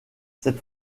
cette